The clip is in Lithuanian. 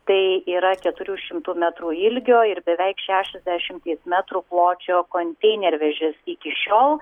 tai yra keturių šimtų metrų ilgio ir beveik šešiasdešimties metrų pločio konteinervežis iki šiol